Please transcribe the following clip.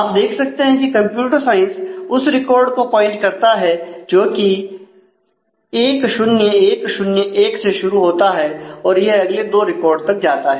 आप देख सकते हैं कि कंप्यूटर साइंस उस रिकॉर्ड को पॉइंट करता है जो कि 10101 से शुरू होता है और यह अगले दो रिकॉर्ड तक जाता है